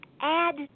add